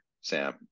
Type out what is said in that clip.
Sam